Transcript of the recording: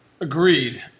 Agreed